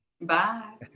Bye